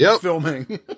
filming